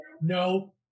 no